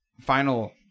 final